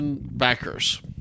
backers